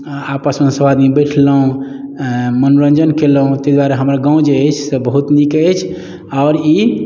आ आपसमे सभ आदमी बैसलहुँ मनोरञ्जन कयलहुँ ताहि दुआरे हमर गाम जे अछि से बहुत नीक अछि आओर ई